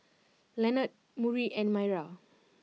Lenord Murry and Maira